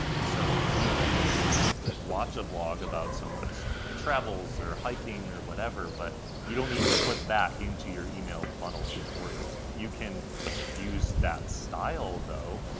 and so you can watch a vlog about someone's travels or hiking or whatever, but you don't need to put that into your email funnel tutorial. you can use that style, though.